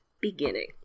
beginning